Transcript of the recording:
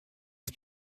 des